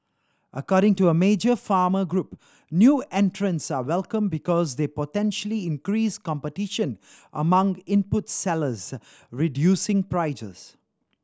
according to a major farmer group new entrants are welcome because they potentially increase competition among input sellers reducing prices